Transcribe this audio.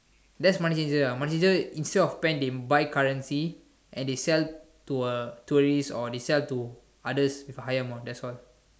that's money changer ah money changer instead of pen they buy currency and they sell to a tourist or they sell to others with higher amount that's all